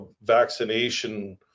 vaccination